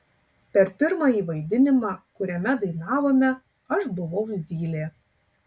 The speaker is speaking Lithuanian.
per pirmąjį vaidinimą kuriame dainavome aš buvau zylė